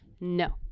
No